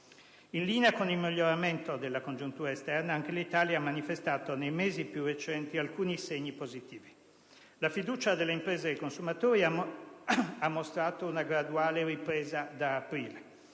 In linea con il miglioramento della congiuntura esterna anche l'Italia ha manifestato nei mesi più recenti alcuni segni positivi: la fiducia delle imprese e dei consumatori ha mostrato una graduale ripresa da aprile.